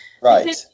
Right